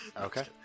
Okay